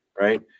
right